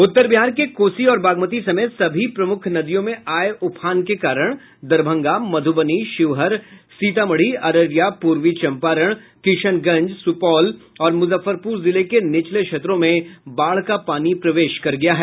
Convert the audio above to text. उत्तर बिहार के कोसी और बागमती समेत सभी प्रमुख नदियों में आए उफान के कारण दरभंगा मध्रबनी शिवहर सीतामढ़ी अररिया पूर्वी चंपारण किशनगंज सुपौल और मुजफ्फरपुर जिले के निचले क्षेत्रों में बाढ़ का पानी प्रवेश कर गया है